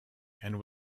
and